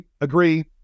agree